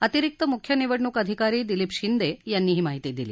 अतिरिक्त मुख्य निवडणूक अधिकारी दिलीप शिंदे यांनी ही माहिती दिली